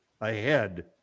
ahead